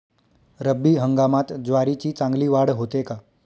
रब्बी हंगामात ज्वारीची चांगली वाढ होते का?